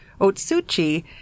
otsuchi